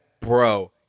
Bro